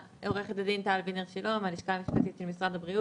אני עורכת הדין טל וינר שילה מהלשכה המשפטית של משרד הבריאות.